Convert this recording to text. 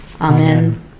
Amen